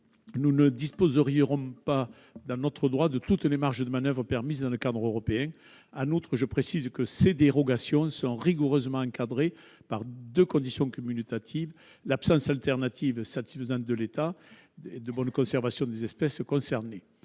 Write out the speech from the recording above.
nous ne disposerions pas dans notre droit de toutes les marges de manoeuvre permises dans le cadre européen. En outre, je précise que ces dérogations sont rigoureusement encadrées par deux conditions cumulatives : l'absence d'alternative satisfaisante et l'état de bonne conservation des espèces concernées.